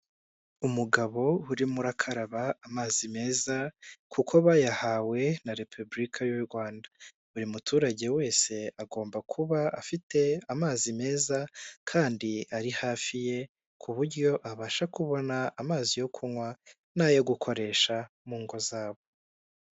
Umugabo urimo urakaraba amazi meza kuko bayahawe na Repubulika y'u Rwanda. Buri muturage wese agomba kuba afite amazi meza kandi ari hafi ye ku buryo abasha kubona amazi yo kunywa n'ayo gukoresha mu ngo zabo.